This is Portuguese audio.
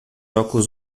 óculos